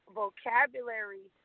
vocabulary